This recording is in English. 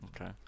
okay